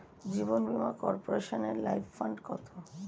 জীবন বীমা কর্পোরেশনের life fund কত?